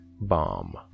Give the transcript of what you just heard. bomb